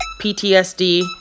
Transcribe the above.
PTSD